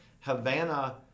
Havana